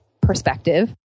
perspective